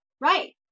right